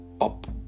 up